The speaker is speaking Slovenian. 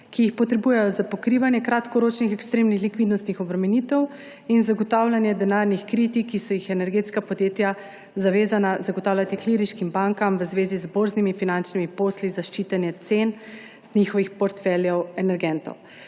ki jih potrebujejo za pokrivanje kratkoročnih ekstremnih likvidnostnih obremenitev in zagotavljanje denarnih kritij, ki so jih energetska podjetja zavezana zagotavljati klirinškim bankam v zvezi z borznimi finančnimi posli za ščitenje cen njihovih portfeljev energentov.